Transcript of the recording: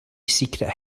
secret